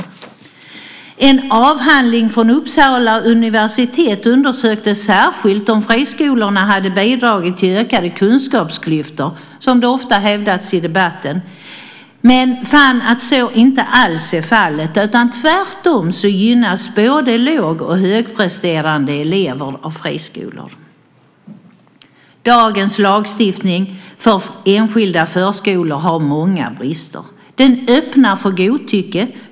I en avhandling från Uppsala universitet undersöktes särskilt om friskolorna hade bidragit till ökade kunskapsklyftor, vilket ofta har hävdats i debatten, och man kom fram till att så inte alls var fallet. Tvärtom gynnas både låg och högpresterande elever av friskolor. Dagens lagstiftning om enskilda förskolor har många brister. Den öppnar för godtycke.